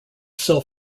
cell